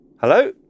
Hello